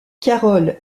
karol